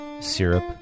syrup